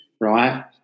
right